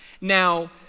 Now